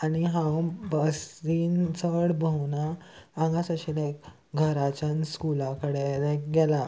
आनी हांव बसीन चड भोंवना हांगाच अशें लायक घराच्यान स्कुला कडेन लायक गेलां